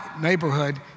neighborhood